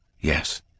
Yes